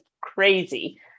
crazy